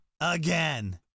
again